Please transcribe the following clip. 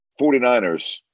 49ers